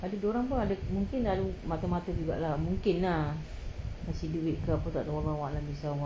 pada dia orang pun mungkin ada mata-mata juga lah mungkin lah kasih duit ke